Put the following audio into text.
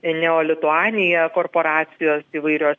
neolituanija korporacijos įvairios